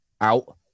out